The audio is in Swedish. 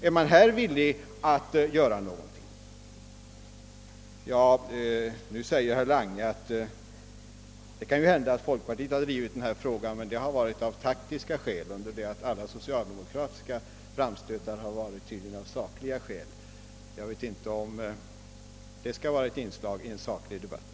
Är man på den punkten villig att göra något? Slutligen säger herr Lange att det ju kan hända att folkpartiet har drivit denna fråga, men att det har varit av taktiska skäl, medan alla socialdemokratiska framstötar tydligen har gjorts av sakliga skäl. Jag vet inte, om detta skall anses vara ett inslag i en saklig debatt.